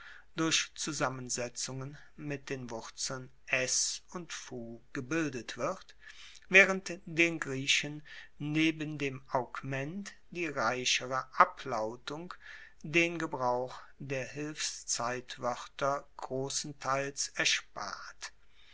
durch zusammensetzungen mit den wurzeln es und fu gebildet wird waehrend den griechen neben dem augment die reichere ablautung den gebrauch der hilfszeitwoerter grossenteils erspart